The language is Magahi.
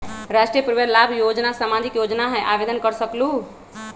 राष्ट्रीय परिवार लाभ योजना सामाजिक योजना है आवेदन कर सकलहु?